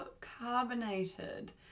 carbonated